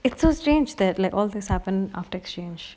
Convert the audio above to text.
it's so strange that like all this happen after exchange